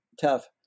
tough